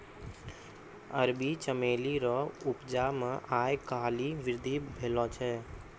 अरबी चमेली रो उपजा मे आय काल्हि वृद्धि भेलो छै